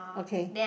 okay